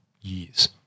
years